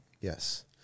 Yes